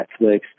Netflix